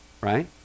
right